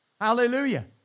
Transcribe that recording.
Hallelujah